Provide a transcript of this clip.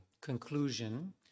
conclusion